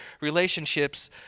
relationships